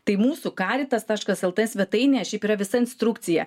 tai mūsųkaritas taškas lt svetainėje šiaip yra visa instrukcija